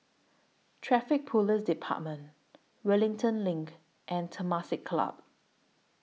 Traffic Police department Wellington LINK and Temasek Club